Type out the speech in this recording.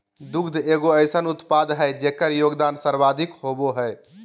दुग्ध एगो अइसन उत्पाद हइ जेकर योगदान सर्वाधिक होबो हइ